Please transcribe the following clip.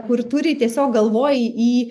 kur turi tiesiog galvoji į